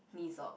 me sob